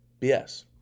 BS